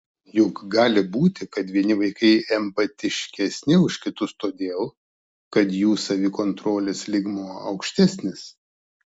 juk gali būti kad vieni vaikai empatiškesni už kitus todėl kad jų savikontrolės lygmuo aukštesnis